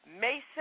Mason